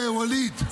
ואליד?